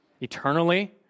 eternally